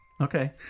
Okay